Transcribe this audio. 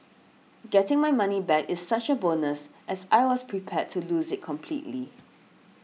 getting my money back is such a bonus as I was prepared to lose it completely